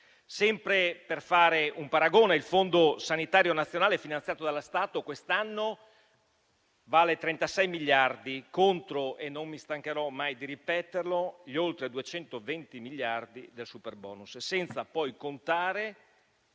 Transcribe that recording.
Sempre per fare un paragone, il Fondo sanitario nazionale finanziato dallo Stato quest'anno vale 36 miliardi, contro - non mi stancherò mai di ripeterlo - gli oltre 220 miliardi del superbonus. Senza poi contare